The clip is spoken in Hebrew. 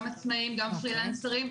גם עצמאיים וגם פרילנסרים,